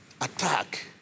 attack